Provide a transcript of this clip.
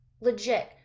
legit